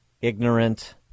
ignorant